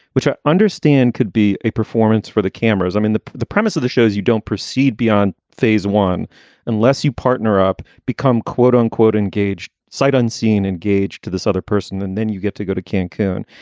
which i understand could be a performance for the cameras. i mean, the the premise of the shows, you don't proceed beyond phase one unless you partner up, become quote unquote, engaged. sight unseen, engaged to this other person. and then you get to go to cancun.